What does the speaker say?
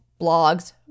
blogs